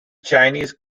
chinese